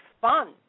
fun